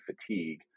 fatigue